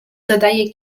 dodaję